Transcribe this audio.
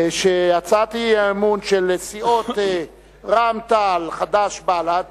שהצעת האי-אמון של סיעות רע"ם-תע"ל, חד"ש ובל"ד